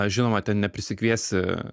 žinoma ten neprisikviesi